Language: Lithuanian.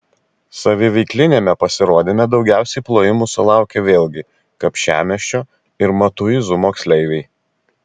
saviveikliniame pasirodyme daugiausiai plojimų susilaukė vėlgi kapčiamiesčio ir matuizų moksleiviai